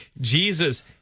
Jesus